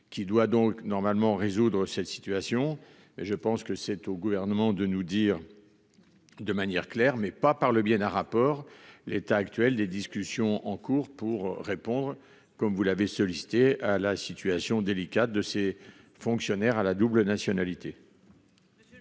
Qui doit donc normalement résoudre cette situation et je pense que c'est au gouvernement de nous dire. De manière claire mais pas par le biais d'un rapport l'état actuel des discussions en cours pour répondre, comme vous l'avez sollicité la situation délicate de ces fonctionnaires à la double nationalité.